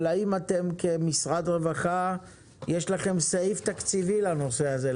אבל האם אתם כמשרד הרווחה יש לכם סעיף תקציבי לנושא הזה,